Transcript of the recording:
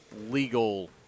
legal